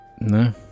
no